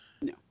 No